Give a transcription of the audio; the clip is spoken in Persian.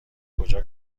کجا